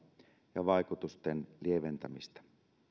ja vaikutusten lieventämistä